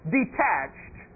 detached